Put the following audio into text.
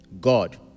God